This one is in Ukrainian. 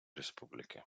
республіки